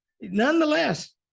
nonetheless